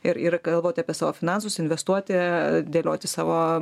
ir ir galvoti apie savo finansus investuoti dėlioti savo